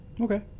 Okay